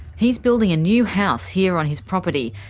he's building a new house here on his property,